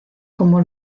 como